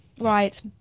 Right